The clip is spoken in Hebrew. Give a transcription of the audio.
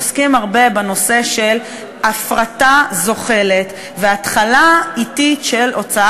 עוסקים הרבה בנושא של הפרטה זוחלת והתחלה אטית של הוצאת